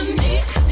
Unique